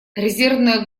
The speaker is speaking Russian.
резервная